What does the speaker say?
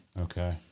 Okay